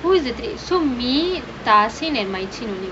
who is the three so me and only